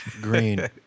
Green